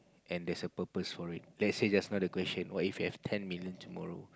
and there's a purpose for it let's say just now that question what if you have ten million tomorrow